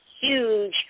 huge